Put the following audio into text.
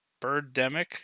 Birdemic